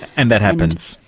and that happens?